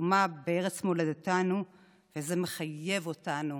לתקומה בארץ מולדתנו מחייבת אותנו